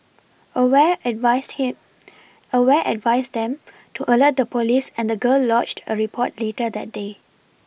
aware advised him aware advised them to alert the police and the girl lodged a report later that day